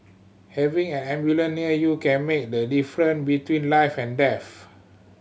having an ambulance near you can make the difference between life and death